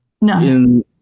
no